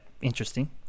Interesting